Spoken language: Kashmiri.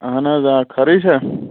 اَہَن حظ آ خٲرٕے چھےٚ